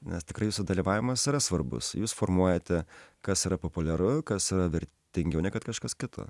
nes tikrai jūsų dalyvavimas yra svarbus jūs formuojate kas yra populiaru kas yra vertingiau nei kad kažkas kito